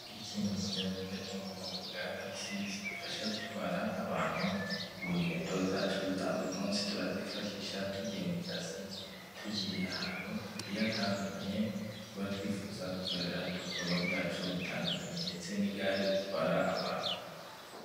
Iki ni ikinyabiziga cyo mu bwoko bwa bisi, zidufasha gutwara abantu mu ngendo zacu za buri munsi. Turazifashisha tugiye mu kazi, tugiye ahantu hagiye hatandukanye, tuba twifuza gukorera ibikorwa byacu bitandukanye. Ndetse n'igare ritwara abantu.